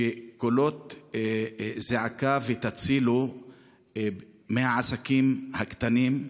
קולות זעקה והצילו מהעסקים הקטנים,